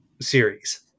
series